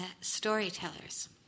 storytellers